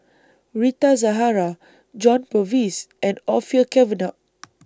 Rita Zahara John Purvis and Orfeur Cavenagh